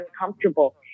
uncomfortable